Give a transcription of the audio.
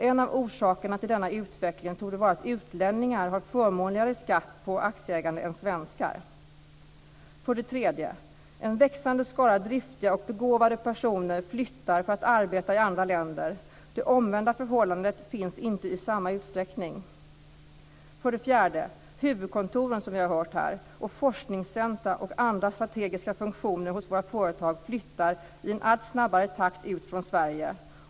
En av orsakerna till denna utveckling torde vara att utlänningar har förmånligare skatt på aktieägande än svenskar. För det tredje flyttar en växande skara driftiga och begåvade personer för att arbeta i andra länder. Det omvända förhållandet finns inte i samma utsträckning. För det fjärde flyttar huvudkontoren, forskningscentren och andra strategiska funktioner hos våra företag i en allt snabbare takt ut från Sverige.